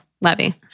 levy